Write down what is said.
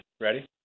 Ready